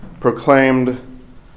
proclaimed